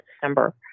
December